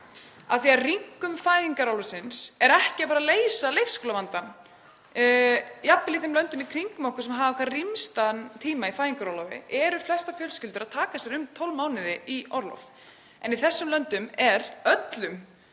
því að rýmkun fæðingarorlofsins er ekki að fara að leysa leikskólavandann. Jafnvel í þeim löndum í kringum okkur sem hafa rýmstan tíma í fæðingarorlofi taka flestar fjölskyldur sér um 12 mánuði í orlof. En í þessum löndum er öllum